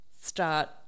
start